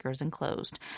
Enclosed